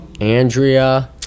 Andrea